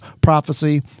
prophecy